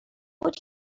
بود